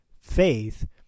faith